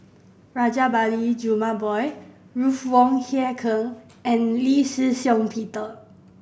Rajabali Jumabhoy Ruth Wong Hie King and Lee Shih Shiong Peter